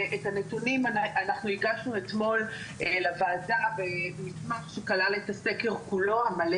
ואת הנתונים הגשנו אתמול לוועדה במסמך שכלל את הסקר המלא.